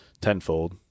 tenfold